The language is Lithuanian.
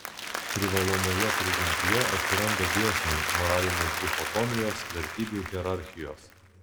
privalomoje prigimtyje atsiranda dėsniai moralinės dichotomijos vertybių hierarchijos